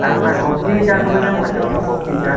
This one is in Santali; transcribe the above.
ᱟᱨ ᱚᱱᱟ ᱠᱚᱯᱷᱤ ᱪᱟ ᱠᱚᱫᱚ ᱧᱟᱢᱚᱜᱼᱟ ᱥᱮ ᱵᱟᱝ ᱠᱚᱯᱷᱤ ᱪᱟ